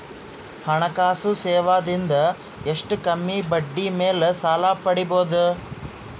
ಹಣಕಾಸು ಸೇವಾ ದಿಂದ ಎಷ್ಟ ಕಮ್ಮಿಬಡ್ಡಿ ಮೇಲ್ ಸಾಲ ಪಡಿಬೋದ?